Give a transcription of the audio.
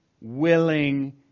willing